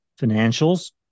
financials